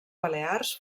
balears